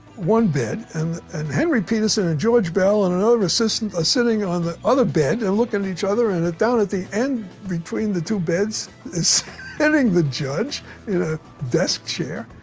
one bed, and and henry petersen and george beall and another assistant are sitting on the other bed, they're looking at each other, and down at the end between the two beds is sitting the judge in a desk chair.